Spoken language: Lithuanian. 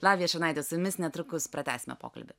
lavija šurnaitė su jumis netrukus pratęsime pokalbį